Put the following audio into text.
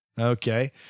Okay